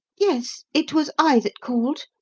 yes, it was i that called,